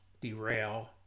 derail